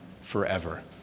forever